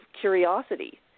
curiosity